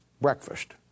Breakfast